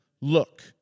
look